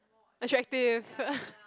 attractive